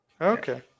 Okay